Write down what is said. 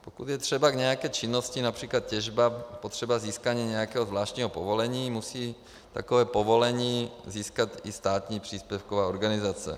Pokud je třeba k nějaké činnosti, například těžba, potřeba získání nějakého zvláštního povolení, musí takové povolení získat i státní příspěvková organizace.